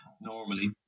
normally